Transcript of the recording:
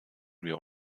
wir